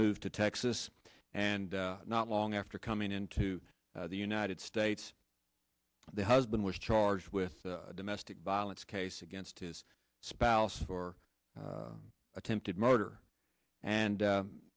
moved to texas and not long after coming into the united states the husband was charged with domestic violence case against his spouse for attempted murder and